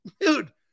dude